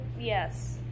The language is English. yes